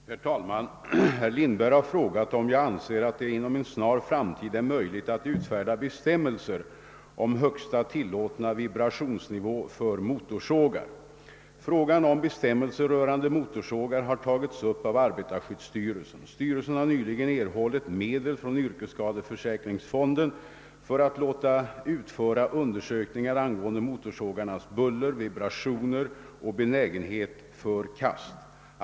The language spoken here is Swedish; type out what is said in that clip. Herr talman! Herr Lindberg har frågat om jag anser att det inom en snar framtid är möjligt att utfärda bestämmelser om högsta tillåtna vibrationsnivå för motorsågar. Frågan om bestämmelser rörande motorsågar har tagits upp av arbetarskyddsstyrelsen. Styrelsen har nyligen erhållit medel från yrkesskadeförsäkringsfonden för att låta utföra undersökningar angående motorsågarnas buller, vibrationer och benägenhet för kast.